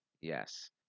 yes